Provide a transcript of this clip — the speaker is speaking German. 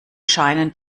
scheinen